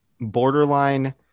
borderline